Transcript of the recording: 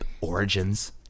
Origins